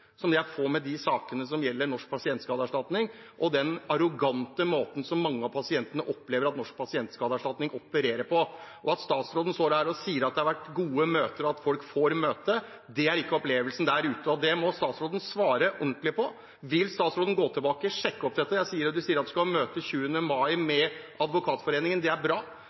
som det jeg får i saker som gjelder Norsk pasientskadeerstatning, og den arrogante måten mange av pasientene opplever at Norsk pasientskadeerstatning operere på. At statsråden står her og sier at det har vært gode møter, og at folk får møte, er ikke opplevelsen der ute. Det må statsråden svare ordentlig på. Vil statsråden gå tilbake og sjekke opp dette? Du sier at du skal i møte med Advokatforeningen 20. mai. Det er bra,